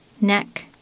neck